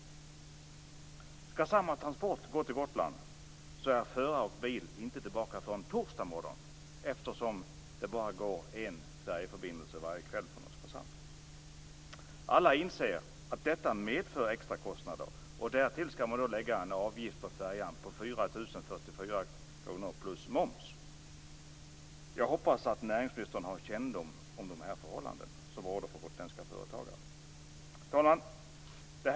Om samma transport skall gå till Gotland är förare och bil inte tillbaka förrän torsdag morgon, eftersom det bara går en färja varje kväll från Oskarshamn. Alla inser att detta medför extra kostnader, och till detta skall läggas en avgift för färjan på 4 044 kr plus moms. Jag hoppas att näringsministern har kännedom om dessa förhållanden som råder för gotländska företagare. Fru talman!